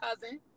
Cousin